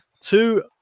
two